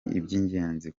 iby’ingenzi